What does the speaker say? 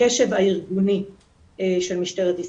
הקשב הארגוני של משטרת ישראל,